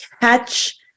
catch